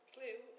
Clue